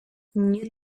nie